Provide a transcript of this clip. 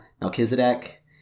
Melchizedek